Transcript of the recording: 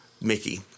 Mickey